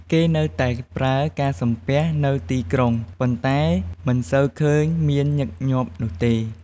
គេនៅតែប្រើការសំពះនៅទីក្រុង ប៉ុន្តែមិនសូវឃើញមានញឹកញាប់នោះទេ។